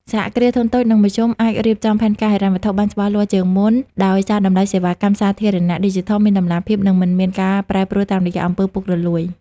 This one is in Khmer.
សហគ្រាសធុនតូច និងមធ្យមអាចរៀបចំផែនការហិរញ្ញវត្ថុបានច្បាស់លាស់ជាងមុន ដោយសារតម្លៃសេវាសាធារណៈឌីជីថលមានតម្លាភាព និងមិនមានការប្រែប្រួលតាមរយៈ អំពើពុករលួយ។